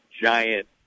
giant